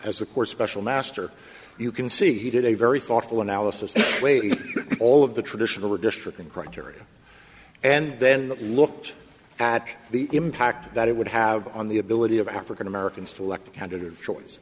as a core special master you can see he did a very thoughtful analysis of all of the traditional redistricting criteria and then looked at the impact that it would have on the ability of african americans to elect counted choice